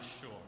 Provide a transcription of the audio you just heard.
sure